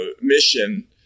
mission